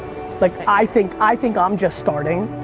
like i think i think i'm just starting.